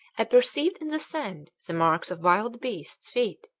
i perceived in the sand the marks of wild beasts' feet,